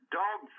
dog